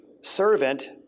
servant